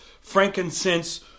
Frankincense